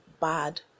bad